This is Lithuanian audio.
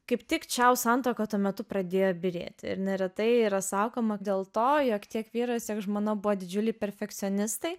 kaip tik čia santuoka tuo metu pradėjo byrėti ir neretai yra sakoma dėl to jog tiek vyras tiek žmona buvo didžiuliai perfekcionistai